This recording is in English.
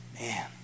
Man